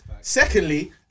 Secondly